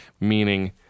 Meaning